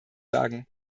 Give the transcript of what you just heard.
sagen